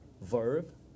Verb